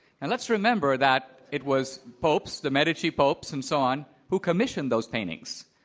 and let's remember that it was popes, the medici popes and so on, who commissioned those paintings.